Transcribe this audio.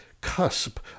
cusp